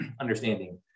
understanding